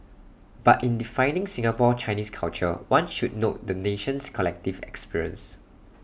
but in defining Singapore Chinese culture one should note the nation's collective experience